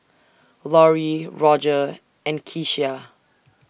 Lorrie Rodger and Keshia